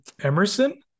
Emerson